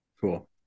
Cool